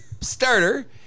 Starter